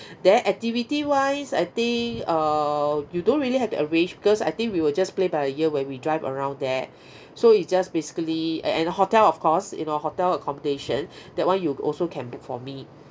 then activity wise I think err you don't really have to arrange because I think we will just play by ear when we drive around there so it's just basically and hotel of course you know hotel accommodation that one you also can book for me